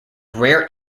rare